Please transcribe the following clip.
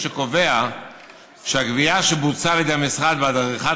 שקובע שהגבייה שבוצעה על ידי המשרד בעד עריכת